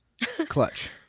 Clutch